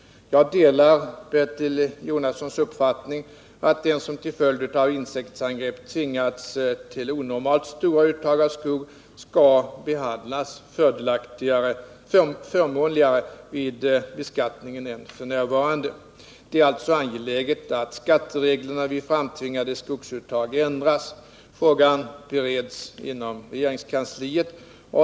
Jag delar Bertil Jonassons uppfattning att den som till följd av insektsangrepp tvingats till onormalt stora uttag av skog skall behandlas förmånligare vid beskattningen än f.n. Det är alltså angeläget att skattereglerna vid framtvingade skogsuttag ändras. Frågan bereds inom regeringskansliet.